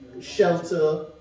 shelter